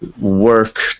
work